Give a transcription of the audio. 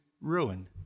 ruin